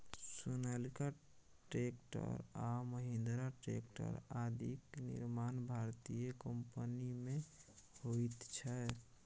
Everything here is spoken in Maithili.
सोनालिका ट्रेक्टर आ महिन्द्रा ट्रेक्टर आदिक निर्माण भारतीय कम्पनीमे होइत छै